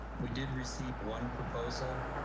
we did receive one proposal.